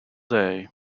day